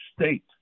state